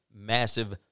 massive